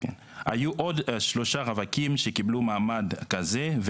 היו עוד שלושה רווקים שקיבלו מעמד כזה,